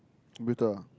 bitter